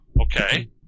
Okay